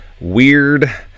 weird